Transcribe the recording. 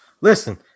listen